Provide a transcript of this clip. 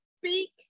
speak